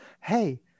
hey